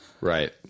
Right